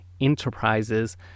enterprises